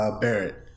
Barrett